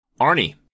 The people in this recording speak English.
Arnie